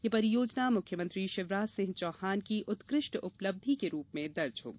यह परियोजना मुख्यमंत्री शिवराज सिंह चौहान की उत्कृष्ट उपलब्धि के रूप में दर्ज होगी